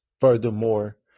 furthermore